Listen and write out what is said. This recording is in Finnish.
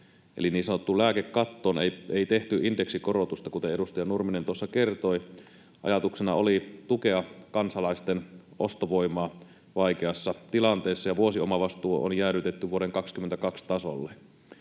eli niin sanottuun lääkekattoon ei tehty indeksikorotusta, kuten edustaja Nurminen tuossa kertoi. Ajatuksena oli tukea kansalaisten ostovoimaa vaikeassa tilanteessa, ja vuosiomavastuu on jäädytetty vuoden 22 tasolle.